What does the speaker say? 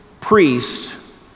priest